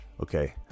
Okay